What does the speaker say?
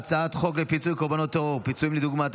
(פיצויים לדוגמה),